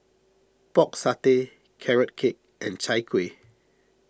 Pork Satay Carrot Cake and Chai Kuih